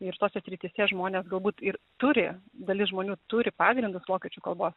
ir tose srityse žmonės galbūt ir turi dalis žmonių turi pagrindus vokiečių kalbos